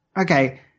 okay